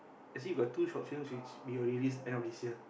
actually we got two short film which we will release end of this year